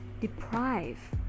deprive